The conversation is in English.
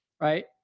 right